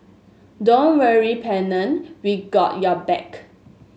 don't worry Pennant we got your back